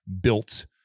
built